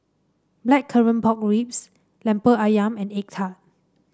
Blackcurrant Pork Ribs lemper ayam and egg tart